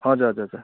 हजुर हजुर हजुर